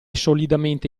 solidamente